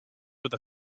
with